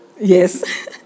Yes